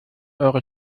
eure